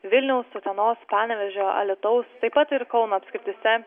vilniaus utenos panevėžio alytaus taip pat ir kauno apskrityse